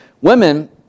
Women